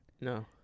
No